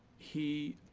he